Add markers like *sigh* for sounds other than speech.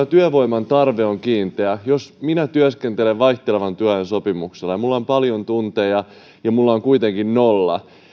*unintelligible* työvoiman tarve on kiinteä jos minä työskentelen vaihtelevan työajan sopimuksella ja minulla on paljon tunteja mutta sopimuksessa on kuitenkin nolla